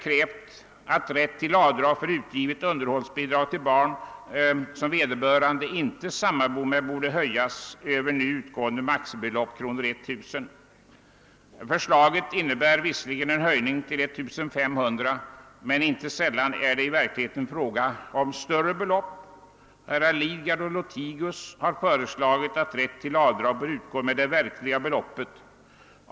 a: krävt att rätten till avdrag för utgivet underhållsbidrag för barn som vederbörande inte sammanbor med skulle höjas utöver nu utgående maximibelopp, 1 000 kr. Förslaget innebär en höjning till 1500 kr., men inte sällan är det i verkligheten fråga om större belopp. Herr Lidgard och herr Lothigius har i motioner föreslagit att rätten till avdrag skall gälla det verkliga beloppet.